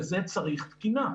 וזה צריך תקינה.